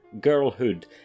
Girlhood